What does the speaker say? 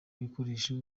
ibikoresho